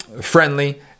friendly